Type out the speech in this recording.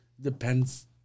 Depends